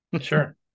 sure